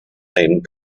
name